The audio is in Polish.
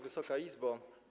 Wysoka Izbo!